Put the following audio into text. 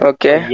Okay